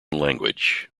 language